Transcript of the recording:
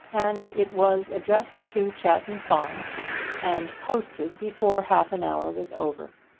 and it was addressed to chowton farm and posted before half an hour was over.